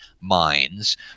minds